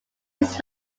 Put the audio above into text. was